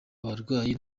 abarwayi